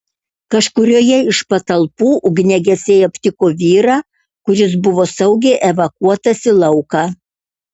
kažkurioje iš patalpų ugniagesiai aptiko vyrą kuris buvo saugiai evakuotas į lauką